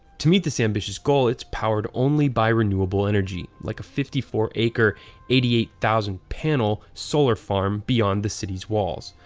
to meet this ambitious goal, it's powered only by renewable energy, like a fifty four acre eighty eight thousand panel solar farm beyond the cities' walls.